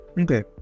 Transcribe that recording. Okay